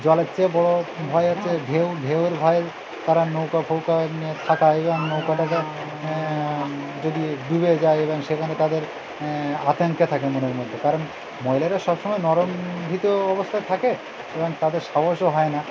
জলের চেয়ে বড় ভয় হচ্ছে ঢেউ ঢেউয়ের ভয়ে তারা নৌকা ফৌকায় থাকা এবং নৌকাটাকে যদি ডুবে যায় এবং সেখানে তাদের আতঙ্কে থাকে মনের মধ্যে কারণ মহিলারা সবসময় নরম ভীত অবস্থায় থাকে এবং তাদের সাহসও হয় না